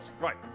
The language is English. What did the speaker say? Right